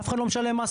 אף אחד לא משלם מס,